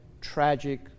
tragic